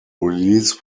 release